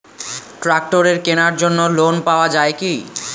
ট্রাক্টরের কেনার জন্য লোন পাওয়া যায় কি?